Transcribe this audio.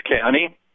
County